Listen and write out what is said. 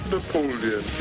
Napoleon